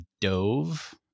dove